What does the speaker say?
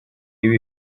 iba